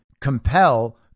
compel